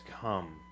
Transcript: Come